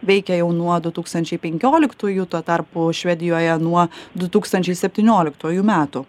veikia jau nuo du tūkstančiai penkioliktųjų tuo tarpu švedijoje nuo du tūkstančiai septynioliktųjų metų